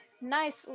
nice